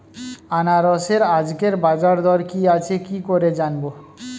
আনারসের আজকের বাজার দর কি আছে কি করে জানবো?